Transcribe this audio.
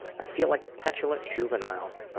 i feel like a petulant juvenile